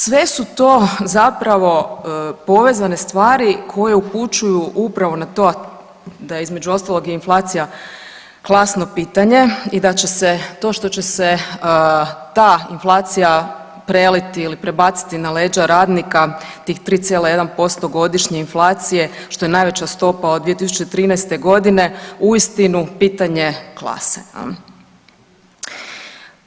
Sve su to zapravo povezane stvari koje upućuju upravo na to da između ostalog je inflacija klasno pitanje i da će se to što će se ta inflacija preliti ili prebaciti na leđa radnika tih 3,1% godišnje inflacije, što je najveća stopa od 2013.g. uistinu pitanje klase jel.